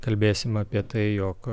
kalbėsim apie tai jog